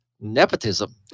nepotism